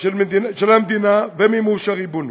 של המדינה ומימוש הריבונות.